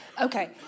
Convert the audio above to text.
okay